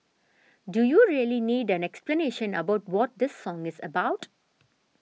do you really need an explanation about what this song is about